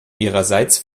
ihrerseits